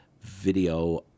video